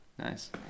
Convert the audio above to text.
Nice